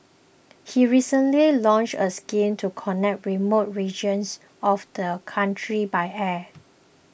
he recently launched a scheme to connect remote regions of the country by air